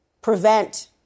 prevent